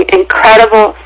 incredible